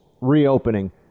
reopening